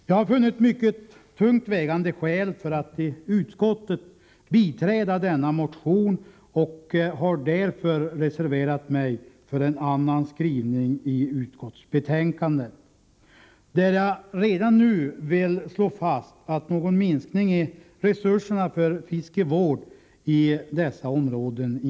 Jag har funnit mycket tungt vägande skäl för att i utskottet biträda denna motion, och jag har därför reserverat mig för en annan skrivning än majoritetens i utskottsbetänkandet. Jag vill redan nu slå fast att det inte bör ske någon minskning av resurserna för fiskevård i dessa områden.